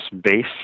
base